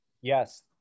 Yes